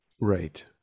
Right